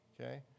Okay